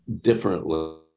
differently